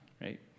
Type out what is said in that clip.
Right